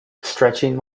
stretching